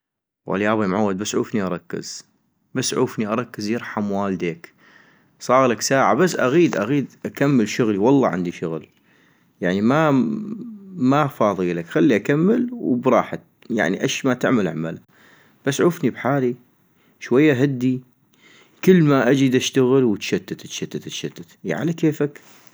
ول يابا يمعود بس عوفني اركز ، بس عوفني اركز يرحم والديك -صاغلك ساعة بس اغيد اغيد اكمل شغلي، والله عندي شغل، يعني ما مافاضيلك ، خلي أكمل وبراحتك يعني اش ما تعمل اعمل بس عوفني بحالي ، شوية هدي - كلما اجي دشتغل وتشتت تشتت تشتت اي على كيفك